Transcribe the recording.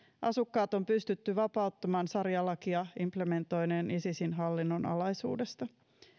asukkaat on pystytty vapauttamaan sarialakia implementoineen isisin hallinnon alaisuudesta